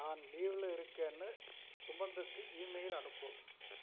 நான் லீவ்வில் இருக்கேன்னு சுமந்துக்கு ஈமெயில் அனுப்பு